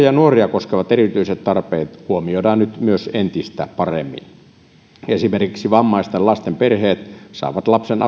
ja nuoria koskevat erityiset tarpeet huomioidaan nyt entistä paremmin esimerkiksi vammaisten lasten perheet saavat lapsen